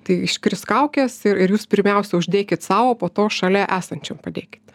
tai iškris kaukės ir ir jūs pirmiausia uždėkit sau o po to šalia esančiam padėkit